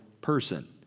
person